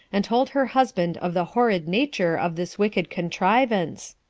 and told her husband of the horrid nature of this wicked contrivance,